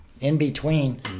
in-between